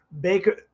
Baker –